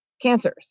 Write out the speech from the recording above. cancers